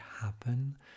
happen